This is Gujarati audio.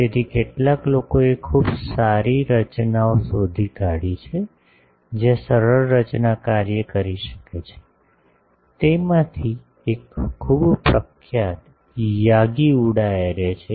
તેથી કેટલાક લોકોએ કેટલીક ખૂબ સારી રચનાઓ શોધી કાઢી છે જ્યાં સરળ રચના કાર્ય કરી શકે છે તેમાંથી એક ખૂબ પ્રખ્યાત યાગી ઉડા એરે છે